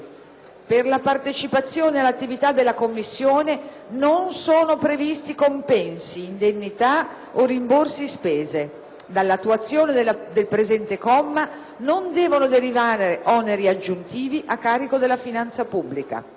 "Per la partecipazione all'attività della Commissione non sono previsti compensi, indennità o rimborsi spese. Dall'attuazione del presente comma non devono derivare oneri aggiuntivi a carico della finanza pubblica";